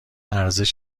ارزش